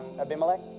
Abimelech